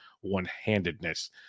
one-handedness